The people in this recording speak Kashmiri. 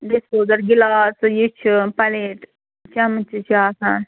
ڈِسپوزَل گِلاسہٕ یہِ چھُ پَلیٹ چَمٕچہِ چھِ آسان